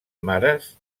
mares